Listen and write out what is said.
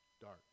dark